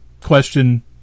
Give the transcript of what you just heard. question